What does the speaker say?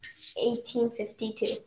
1852